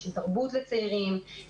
של תרבות לצעירים,